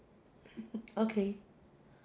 mmhmm okay